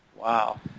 wow